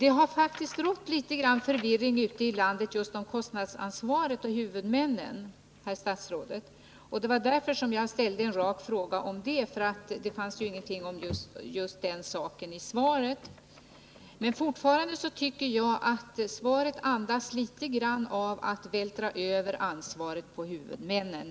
Det har rått litet av förvirring ute i landet just när det gäller kostnadsansvaret och frågan om huvudmännen, herr statsrådet. Därför ställde jag en rak fråga, eftersom det inte fanns någonting om just den saken i svaret. Fortfarande tycker jag att svaret andas litet grand av en vilja att vältra över ansvaret på huvudmännen.